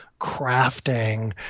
crafting